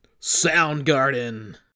Soundgarden